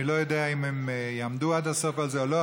אני לא יודע אם הם יעמדו על זה עד הסוף או לא,